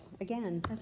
again